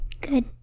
Good